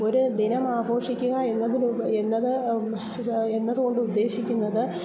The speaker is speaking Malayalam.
ഒരു ദിനം ആഘോഷിക്കുക എന്നതിൽ ഉപരി എന്നത് എന്നത് കൊണ്ട് ഉദ്ദേശിക്കുന്നത്